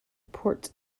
port